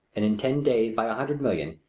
and in ten days by a hundred million,